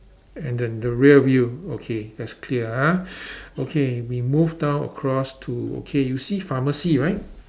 and the the rear view okay that's clear ah okay we move down across to okay you see pharmacy right